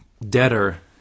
debtor